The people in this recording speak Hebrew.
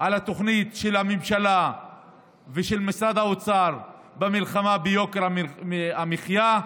על התוכנית של הממשלה ושל משרד האוצר במלחמה ביוקר המחיה.